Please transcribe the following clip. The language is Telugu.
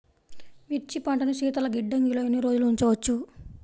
మిర్చి పంటను శీతల గిడ్డంగిలో ఎన్ని రోజులు ఉంచవచ్చు?